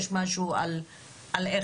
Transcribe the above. האם עלה לכם התיקצוב?